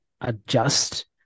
adjust